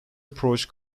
approach